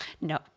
no